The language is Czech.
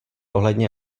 ohledně